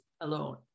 alone